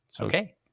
Okay